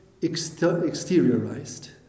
exteriorized